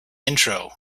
intro